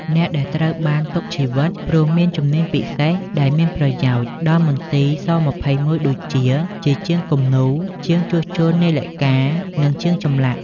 អ្នកដែលត្រូវបានទុកជីវិត ព្រោះមានជំនាញពិសេសដែលមានប្រយោជន៍ ដល់មន្ទីរ ស-២១ ដូចជា ជាជាងគំនូរ ជាងជួសជុលនាឡិកា និងជាងចម្លាក់ ។